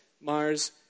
Mars